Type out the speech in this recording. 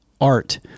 art